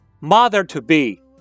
mother-to-be